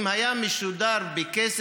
אם הוא היה משודר בכסף,